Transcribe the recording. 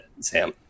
Sam